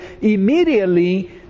immediately